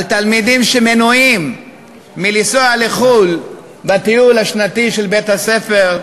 על תלמידים שמנועים מלנסוע לחו"ל בטיול השנתי של בית-הספר,